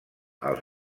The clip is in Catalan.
els